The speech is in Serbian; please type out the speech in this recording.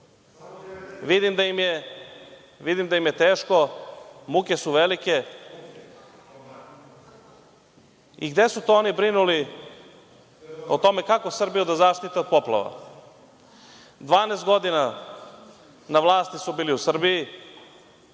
Vidim da im je teško, muke su velike. Gde su to oni brinuli o tome kako Srbiju da zaštite od poplava? Dvanaest godina na vlasti su bili u Srbiji,